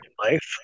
life